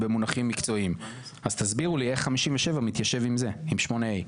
אז תסבירו לי איך 57 מתיישב עם 8ה'?